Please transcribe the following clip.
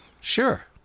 Sure